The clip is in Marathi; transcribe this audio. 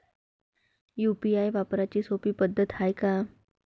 यू.पी.आय वापराची सोपी पद्धत हाय का?